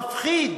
מפחיד,